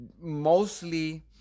mostly